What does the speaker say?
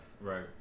right